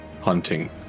hunting